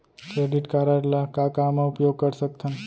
Credit card ला का का मा उपयोग कर सकथन?